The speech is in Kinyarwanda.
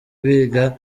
biga